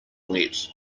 wet